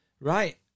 Right